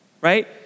right